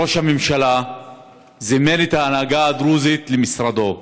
ראש הממשלה זימן את ההנהגה הדרוזית למשרדו,